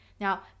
now